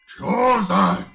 chosen